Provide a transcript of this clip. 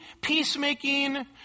peacemaking